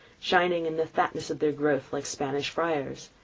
shining in the fatness of their growth like spanish friars,